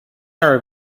are